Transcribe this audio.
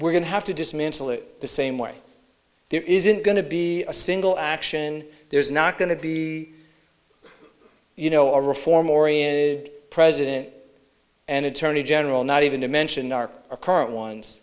we're going to have to dismantle it the same way there isn't going to be a single action there's not going to be you know a reform oriented president and attorney general not even to mention our current ones